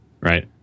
right